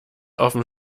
offen